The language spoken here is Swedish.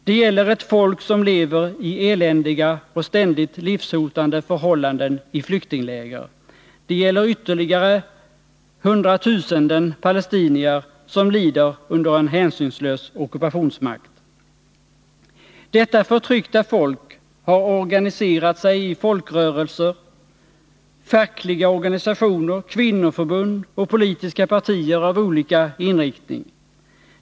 Det gäller ett folk som lever i eländiga och ständigt livshotande förhållanden i flyktingläger. Det gäller ytterligare hundratusenden av palestinier som lyder under en hänsynslös ockupationsmakt. Detta förtryckta folk har organiserat sig i folkrörelser, fackliga organisationer, kvinnoförbund och politiska partier av olika inriktning.